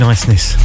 Niceness